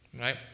right